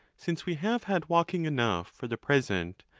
since we have had walking enough for the present,